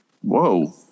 Whoa